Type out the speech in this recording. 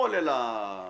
הוא עולה לאוטובוס,